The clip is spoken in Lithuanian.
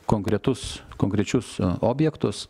konkretus konkrečius objektus